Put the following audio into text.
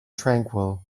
tranquil